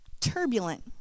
turbulent